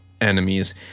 enemies